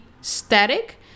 static